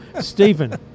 Stephen